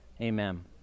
Amen